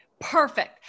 Perfect